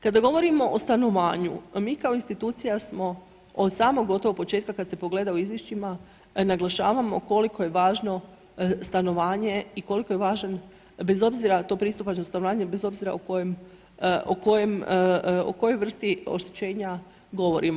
Kada govorimo o stanovanju mi kao institucija smo od samog gotovo početka kada se pogleda u izvješćima naglašavamo koliko je važno stanovanje i koliko je važan, bez obzira na tu pristupačnost ... bez obzira o kojoj vrsti oštećenja govorimo.